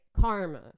Karma